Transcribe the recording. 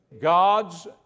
God's